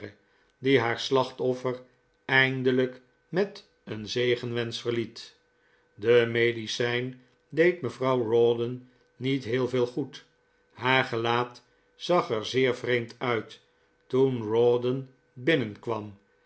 die haar slachtoffer eindelijk met een zegenwensch verliet de medicijn deed mevrouw rawdon niet heel veel goed haar gelaat zag er zeer vreemd uit toen rawdon binnenkwam